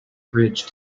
bridge